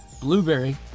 blueberry